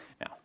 Now